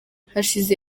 hashize